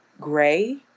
gray